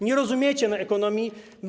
Nie rozumiecie zasad ekonomii.